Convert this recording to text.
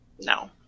No